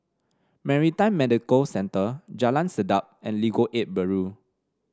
Maritime Medical Centre Jalan Sedap and Legal Aid Bureau